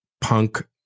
punk